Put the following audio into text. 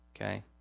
okay